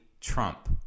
Trump